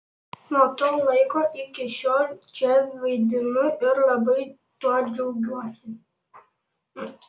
nuo to laiko iki šiol čia vaidinu ir labai tuo džiaugiuosi